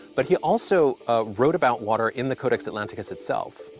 but he also wrote about water in the codex atlanticus itself.